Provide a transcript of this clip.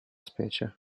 specie